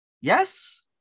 Yes